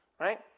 right